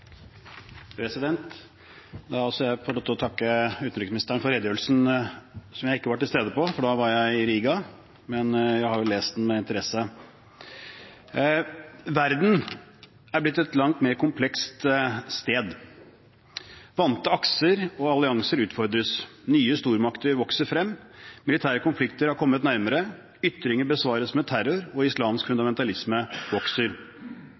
Da vil også jeg få lov til å takke utenriksministeren for redegjørelsen, som jeg ikke var til stede ved, for da var jeg i Riga, men jeg har lest den med interesse. Verden er blitt et langt mer komplekst sted. Vante akser og allianser utfordres, nye stormakter vokser frem, militære konflikter har kommet nærmere, ytringer besvares med terror, og islamsk fundamentalisme vokser.